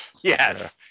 Yes